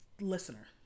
listener